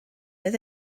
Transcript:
oedd